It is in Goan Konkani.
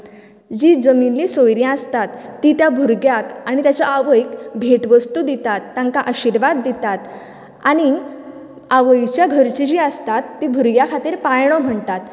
जी जमिल्ली सोयरी आसतात ती त्या भुरग्यांक आनी आवयक भेट वस्तू दितात तांका आशिर्वाद दितात आनी आवयच्या घरची जी आसतात ती भुरग्या खातीर पाळणो म्हणटात